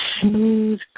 smooth